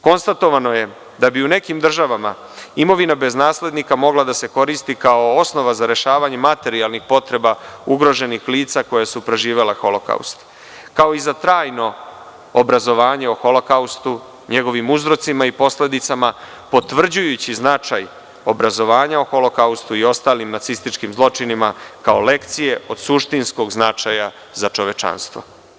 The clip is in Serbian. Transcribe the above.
Konstatovano je da bi u nekim državama imovina bez naslednika mogla da se koristi kao osnova za rešavanje materijalnih potreba ugroženih lica koja su preživela Holokaust, kao i za trajno obrazovanje o Holokaustu, njegovim uzrocima i posledicama, potvrđujući značaj obrazovanja o Holokaustu i ostalim nacističkim zločinima kao lekcije od suštinskog značaja za čovečanstvo.